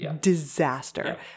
Disaster